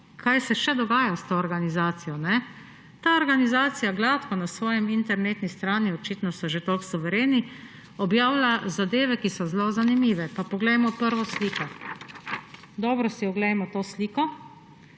kaj se še dogaja s to organizacijo. Ta organizacija gladko na svoji internetni strani, očitno so že toliko suvereni, objavlja zadeve, ki so zelo zanimive. Pa poglejmo prvo sliko. Dobro si oglejmo to sliko,